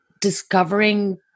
discovering